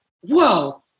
Whoa